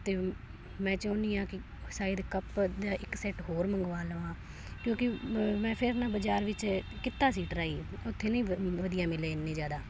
ਅਤੇ ਮੈਂ ਚਾਹੁੰਦੀ ਹਾਂ ਕਿ ਸ਼ਾਇਦ ਕੱਪ ਦਾ ਇੱਕ ਸੈੱਟ ਹੋਰ ਮੰਗਵਾ ਲਵਾਂ ਕਿਉਂਕਿ ਮੈਂ ਫਿਰ ਨਾ ਬਾਜ਼ਾਰ ਵਿੱਚ ਕੀਤਾ ਸੀ ਟਰਾਈ ਉੱਥੇ ਨਹੀਂ ਵਧੀਆ ਮਿਲੇ ਇੰਨੇ ਜ਼ਿਆਦਾ